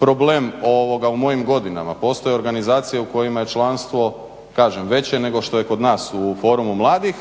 problem u mojim godinama, postoje organizacije u kojima je članstvo kažem veće nego što je kod nas u forumu mladih